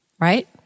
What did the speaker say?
Right